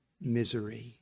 misery